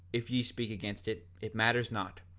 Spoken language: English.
if ye speak against it, it matters not,